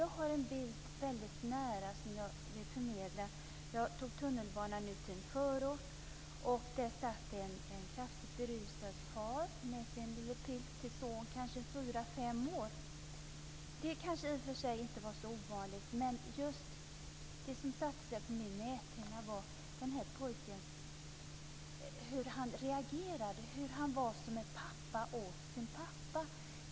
Jag har en bild väldigt nära som jag vill förmedla. Jag tog tunnelbanan till en förort. Där satt en kraftigt berusad far med sin lille pilt till son. Han var kanske fyra, fem år. Det var kanske inte så ovanligt, men det som satte sig på min näthinna var hur den här pojken reagerade. Han var som en pappa åt sin pappa.